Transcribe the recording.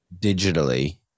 digitally